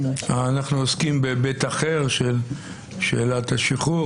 אנחנו עוסקים בהיבט אחר של שאלת השחרור